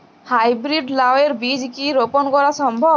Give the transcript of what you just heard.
High breed লাও এর বীজ কি রোপন করা সম্ভব?